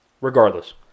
Regardless